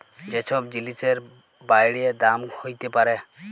যে ছব জিলিসের বাইড়ে দাম হ্যইতে পারে